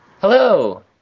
Hello